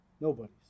Nobody's